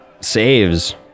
Saves